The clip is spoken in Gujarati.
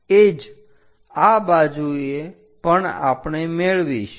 એ જ આ બાજુએ પણ આપણે મેળવીશું